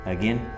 Again